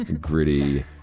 gritty